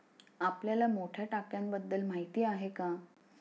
आपल्याला मोठ्या टाक्यांबद्दल माहिती आहे का?